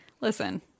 listen